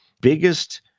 biggest